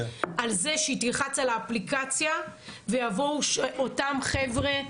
על זה שהיא תלחץ על האפליקציה ויבואו אותם חבר'ה?